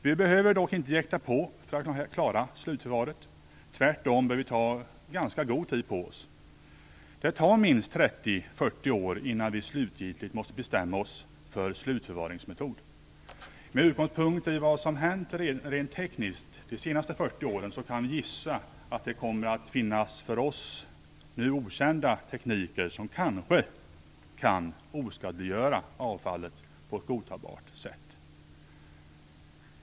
Vi behöver dock inte jäkta för att klara slutförvaret. Tvärtom bör vi ta ganska god tid på oss. Det rör sig om minst 30 40 år innan vi slutgiltigt måste bestämma oss för en slutförvaringsmetod. Med utgångspunkt i vad som hänt rent tekniskt under de senaste 40 åren kan vi gissa att det kommer att finnas för oss nu okända tekniker som kanske kan oskadliggöra avfallet på ett godtagbart sätt.